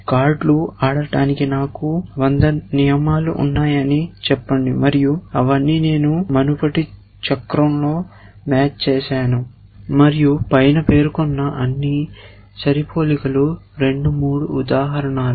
కార్డులు ఆడటానికి నాకు 100 నియమాలు ఉన్నాయని చెప్పండి మరియు అవన్నీ నేను మునుపటి చక్రంలో మ్యాచ్ చేశాను మరియు పైన పేర్కొన్న అన్ని సరిపోలికలు 2 3 ఉదాహరణలు